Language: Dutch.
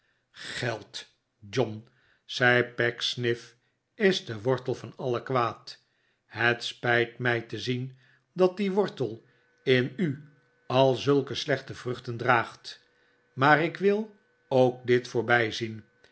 geld john zei pecksniff is de wortel van alle kwaad het spijt mij te zien dat die wortel in u al zulke slechte vruchten draagt maar ik wil ook dit